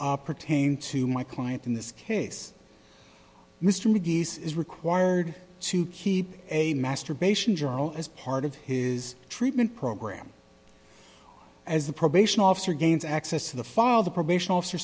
pertain to my client in this case mr mcgee's is required to keep a masturbation journal as part of his treatment program as the probation officer gains access to the file the probation officer